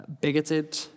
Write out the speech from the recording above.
bigoted